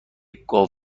گاو